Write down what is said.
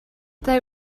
they